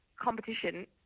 competition